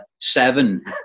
seven